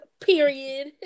Period